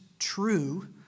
True